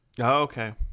Okay